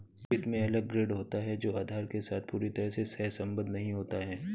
वित्त में अलग ग्रेड होता है जो आधार के साथ पूरी तरह से सहसंबद्ध नहीं होता है